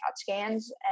scans